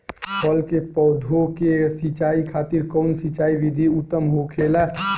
फल के पौधो के सिंचाई खातिर कउन सिंचाई विधि उत्तम होखेला?